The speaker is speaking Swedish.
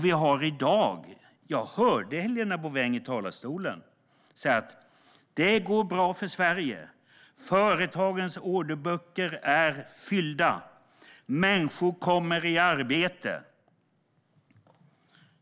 Jag hörde Helena Bouveng säga i talarstolen att det går bra för Sverige, att företagens orderböcker är fyllda och att människor kommer i arbete.